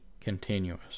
continuous